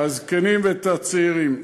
הזקנים והצעירים.